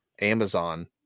amazon